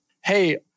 Hey